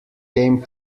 came